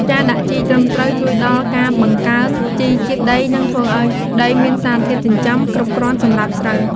ការដាក់ជីត្រឹមត្រូវជួយដល់ការបង្កើនជីជាតិដី និងធ្វើឱ្យដីមានសារធាតុចិញ្ចឹមគ្រប់គ្រាន់សម្រាប់ស្រូវ។